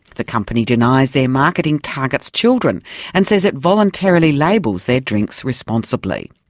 the company denies their marketing targets children and says it voluntarily labels their drinks responsibly.